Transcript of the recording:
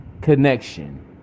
connection